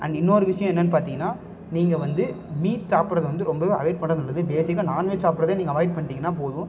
and இன்னொரு விஷயம் என்னென்னு பார்த்திங்கன்னா நீங்கள் வந்து மீட் சாப்பிட்றது வந்து ரொம்பவே அவாய்ட் பண்ணுறது நல்லது பேஸிக்காக நான் வெஜ் சாப்பிட்றதே நீங்கள் அவாய்ட் பண்ணிவிட்டிங்கன்னா போதும்